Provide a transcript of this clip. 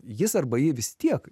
jis arba ji vis tiek